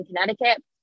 Connecticut